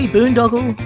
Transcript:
Boondoggle